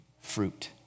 fruit